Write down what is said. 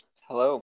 hello